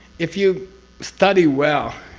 if you study well,